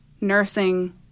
nursing